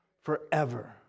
forever